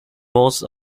most